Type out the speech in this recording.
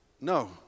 no